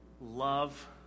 love